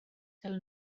del